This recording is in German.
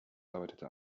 arbeitete